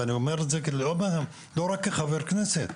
ואני אומר את זה לא רק כחבר כנסת,